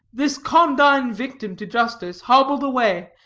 this condign victim to justice hobbled away,